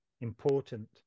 important